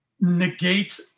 negate